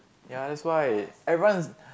ya that's why everyone is